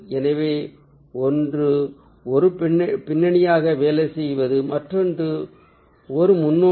எனவே ஒன்று ஒரு பின்னணியாக வேலை செய்வது மற்றொன்று ஒரு முன்னோடி